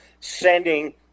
sending